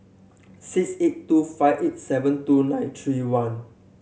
six eight two five eight seven two nine three one